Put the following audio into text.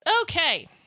Okay